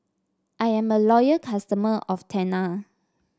I'm a loyal customer of Tena